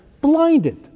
Blinded